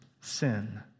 sin